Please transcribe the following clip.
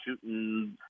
shooting